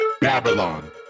Babylon